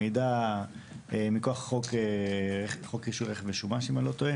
המידע הוא מכוח חוק מכירת רכב משומש.